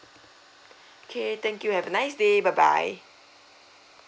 okay thank you have a nice day bye bye